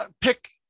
pick